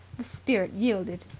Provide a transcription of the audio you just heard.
the spirit yielded.